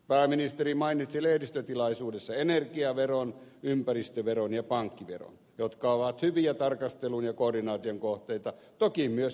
pääministeri mainitsi lehdistötilaisuudessa energiaveron ympäristöveron ja pankkiveron jotka ovat hyviä tarkastelun ja koordinaation kohteita toki myös liittovaltiokehityksen ulkopuolella